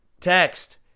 Text